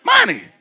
Money